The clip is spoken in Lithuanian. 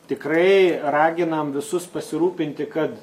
tikrai raginam visus pasirūpinti kad